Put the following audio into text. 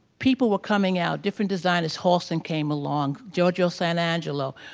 people were coming out different designers, halston came along, giorgio sant' angelo.